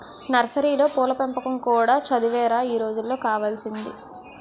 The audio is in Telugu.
నర్సరీలో పూల పెంపకం కూడా చదువేరా ఈ రోజుల్లో కావాల్సింది